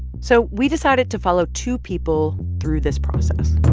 so we decided to follow two people through this process.